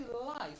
life